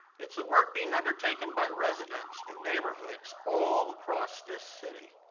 it's the work being undertaken by residents in neighborhoods all across this city.